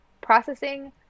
processing